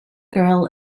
girl